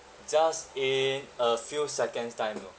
just in a few seconds time you know